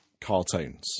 cartoons